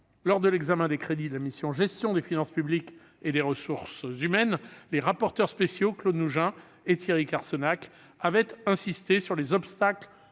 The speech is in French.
Lors de l'examen des crédits de la mission « Gestion des finances publiques et des ressources humaines », les rapporteurs spéciaux Claude Nougein et Thierry Carcenac avaient insisté sur les obstacles